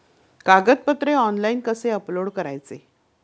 कागदपत्रे ऑनलाइन कसे अपलोड करायचे?